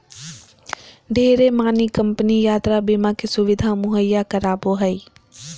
ढेरे मानी कम्पनी यात्रा बीमा के सुविधा मुहैया करावो हय